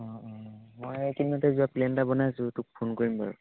অঁ অঁ মই এইকেইদিনতে যোৱা প্লেন এটা বনাইছোঁ বাৰু তোক ফোন কৰিম বাৰু